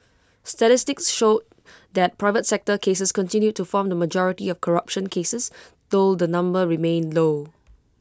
statistics showed that private sector cases continued to form the majority of corruption cases though the number remained low